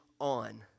on